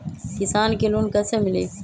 किसान के लोन कैसे मिली?